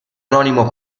anonimo